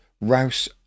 Rouse